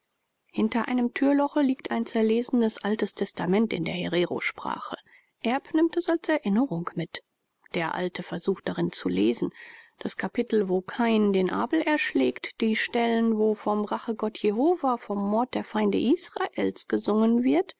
hinter einem türloche liegt ein zerlesenes altes testament in der hererosprache erb nimmt es als erinnerung mit der alte versucht darin zu lesen das kapitel wo kain den abel erschlägt die stellen wo vom rachegott jehovah vom mord der feinde israels gesungen wird